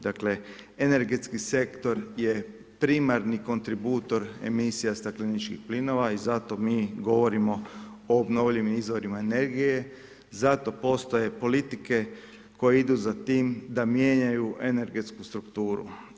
Dakle, energetski sektor je primarni kontributor emisija stakleničkih plinova i zato mi govorimo o obnovljivim izvorima energije, zato postoje politike koje idu za tim da mijenjaju energetsku strukturu.